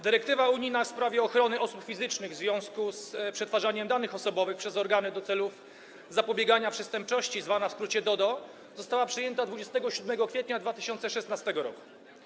Dyrektywa unijna w sprawie ochrony osób fizycznych w związku z przetwarzaniem danych osobowych przez właściwe organy do celów zapobiegania przestępczości, zwana w skrócie DODO, została przyjęta 27 kwietnia 2016 r.